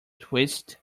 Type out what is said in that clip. twixt